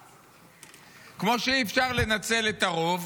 כמו שאי-אפשר לנצל את הרוב